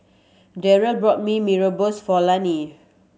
Darryll bought Mee Rebus for Lani